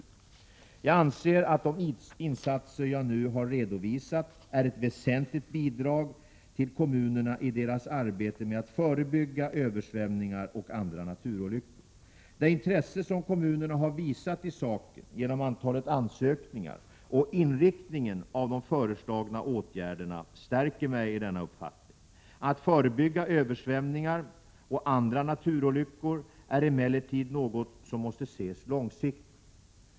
Jag anser att de insatser jag nu har redovisat är ett väsentligt bidrag till kommunerna i deras arbete med att förebygga översvämningar och andra naturolyckor. Det intresse som kommunerna har visat i saken, genom antalet ansökningar och inriktningen av de föreslagna åtgärderna, stärker mig i denna uppfattning. Att förebygga översvämningar och andra naturolyckor är emellertid något som måste ses långsiktigt.